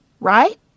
right